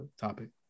topic